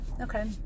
Okay